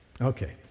Okay